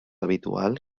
habitual